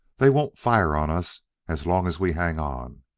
they won't fire on us as long as we hang on.